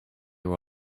were